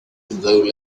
though